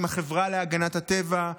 עם החברה להגנת הטבע,